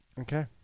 Okay